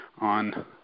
on